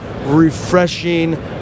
refreshing